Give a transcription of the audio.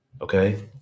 okay